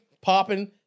popping